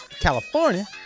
California